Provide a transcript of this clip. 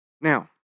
Now